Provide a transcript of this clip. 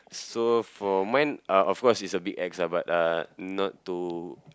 so for mine uh of course it's a big X ah but uh not to